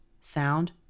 Sound